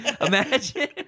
Imagine